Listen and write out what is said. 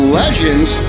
legends